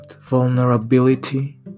vulnerability